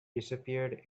disappeared